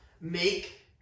make